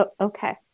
Okay